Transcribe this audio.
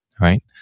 right